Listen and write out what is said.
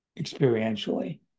experientially